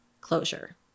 closure